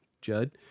Judd